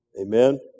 Amen